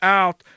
out